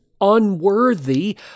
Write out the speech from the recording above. unworthy